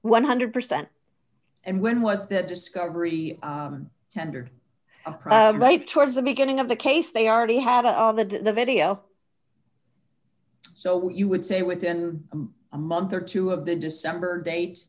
one hundred percent and when was that discovery tendered a problem by towards the beginning of the case they already had all the video so you would say within a month or two of the december date